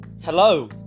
hello